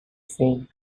same